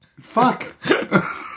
fuck